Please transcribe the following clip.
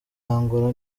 angola